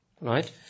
Right